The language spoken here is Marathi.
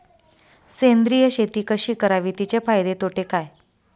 सेंद्रिय शेती कशी करावी? तिचे फायदे तोटे काय?